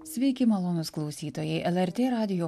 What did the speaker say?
sveiki malonūs klausytojai lrt radijo